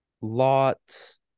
lots